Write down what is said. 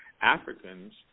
Africans